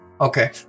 Okay